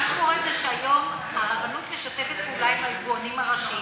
מה שקורה זה שהיום הרבנות משתפת פעולה עם היבואנים הראשיים,